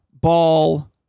ball